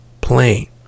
plane